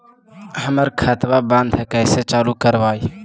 हमर खतवा बंद है कैसे चालु करवाई?